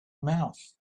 mouth